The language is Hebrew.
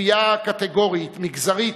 כפייה קטגורית, מגזרית,